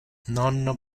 non